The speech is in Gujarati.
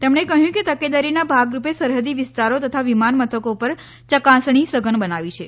તેમણે કહ્યું કે તકેદારીના ભાગરૂપે સરહદી વિસ્તારો તથા વિમાન મથકો પર ચકાસણી સઘન બનાવી છે